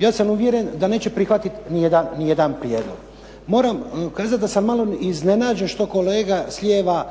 ja sam uvjeren da neće prihvatiti ni jedan prijedlog. Moram kazati da sam malo iznenađen što kolega s lijeva